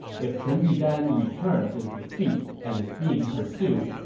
if chun yudan returns in defeat and is being pursued,